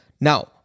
Now